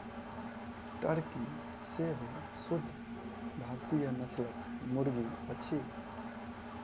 Turkey सेहो शुद्ध भारतीय नस्लक मुर्गी अछि